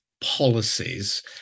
policies